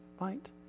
Right